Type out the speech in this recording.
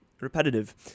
repetitive